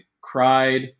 cried